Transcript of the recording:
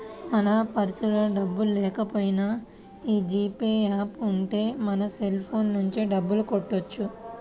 మన పర్సులో డబ్బుల్లేకపోయినా యీ జీ పే యాప్ ఉంటే మన సెల్ ఫోన్ నుంచే డబ్బులు కట్టొచ్చు